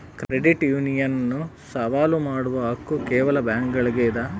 credit union ಅನ್ನು ಸವಾಲು ಮಾಡುವ ಹಕ್ಕು ಕೇವಲ ಬ್ಯಾಂಕುಗುಳ್ಗೆ ಇದ